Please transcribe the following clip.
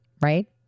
right